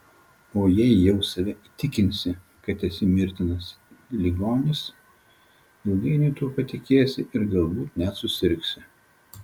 o jei jau save įtikinsi kad esi mirtinas ligomis ilgainiui tuo patikėsi ir galbūt net susirgsi